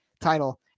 title